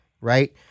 right